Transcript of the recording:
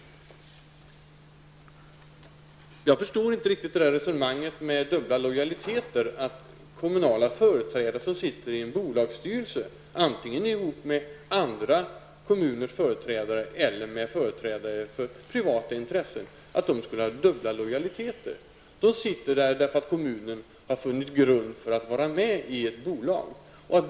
Jag förstår inte riktigt resonemanget om dubbla lojaliteter, att kommunala företrädare som sitter i en bolagsstyrelse, antingen ihop med företrädare för andra kommuner eller företrädare för privata intressen, skulle ha dubbla lojaliteter. De sitter i styrelsen eftersom kommunen har funnit grund för att vara med i ett bolag.